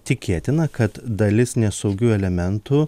tikėtina kad dalis nesaugių elementų